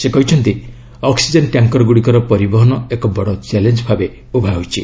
ସେ କହିଛନ୍ତି ଅକ୍କିଜେନ୍ ଟ୍ୟାଙ୍କ୍ର ଗୁଡ଼ିକର ପରିବହନ ଏକ ବଡ଼ ଚ୍ୟାଲେଞ୍ଜ ଭାବେ ଉଭା ହୋଇଛି